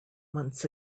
months